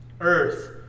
earth